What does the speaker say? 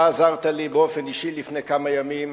אתה עזרת לי באופן אישי לפני כמה ימים,